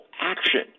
action